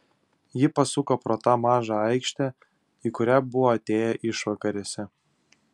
ji pasuko pro tą mažą aikštę į kurią buvo atėję išvakarėse